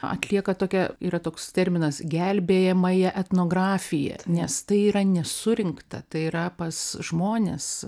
atlieka tokią yra toks terminas gelbėjamąją etnografiją nes tai yra nesurinkta tai yra pas žmones